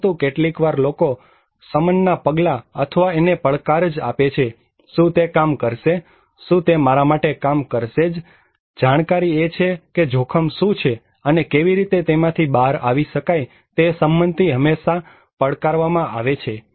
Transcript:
પરંતુ કેટલીક વાર લોકો શમનના પગલા અથવા એને જ પડકાર આપે છે શું તે કામ કરશે શું તે મારા માટે કામ કરશે જ જાણકારી એ છે કે જોખમ શું છે અને કેવી રીતે તેમાંથી બહાર આવી શકાય તે સંમતિ હંમેશા જ પડકારવામાં આવે છે